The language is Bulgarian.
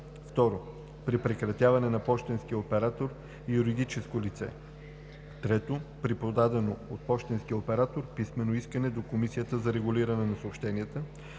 2. при прекратяване на пощенския оператор – юридическо лице; 3. при подадено от пощенския оператор писмено искане до Комисията за регулиране на съобщенията;